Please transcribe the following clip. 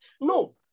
No